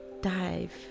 dive